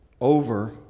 over